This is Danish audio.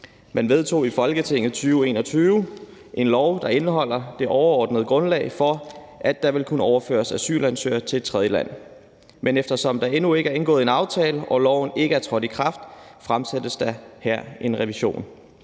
Man vedtog i Folketinget i 2021 en lov, der indeholder det overordnede grundlag for, at der vil kunne overføres asylansøgere til et tredjeland, men eftersom der endnu ikke er indgået en aftale og loven ikke er trådt i kraft, fremsættes der her en revision.